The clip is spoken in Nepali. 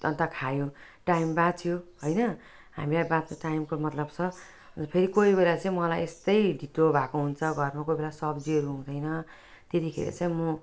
अन्त खायो टाइम बाँच्यो होइन हामीलाई बाँच्नु टाइमको मतलब छ र फेरि कोही बेला चाहिँ मलाई यस्तै ढिलो भएको हुन्छ घरमा कोही बेला सब्जीहरू हुँदैन त्यतिखेर चाहिँ म